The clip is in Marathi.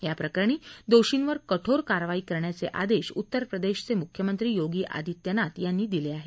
या प्रकरणी दोर्षीवर कठोर कारवाई करण्याचे आदेश उत्तरप्रदेशचे मुख्यमंत्री योगी आदित्यनाथ यांनी दिले आहेत